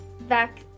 back